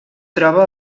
troba